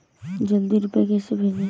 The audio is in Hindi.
जल्दी रूपए कैसे भेजें?